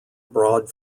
broad